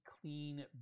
clean